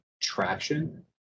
traction